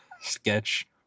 sketch